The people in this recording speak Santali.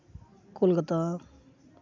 ᱠᱳᱞᱠᱟᱛᱟ